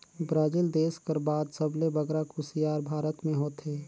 Brazil देस कर बाद सबले बगरा कुसियार भारत में होथे